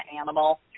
animal